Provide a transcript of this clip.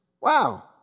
Wow